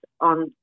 on